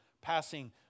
passing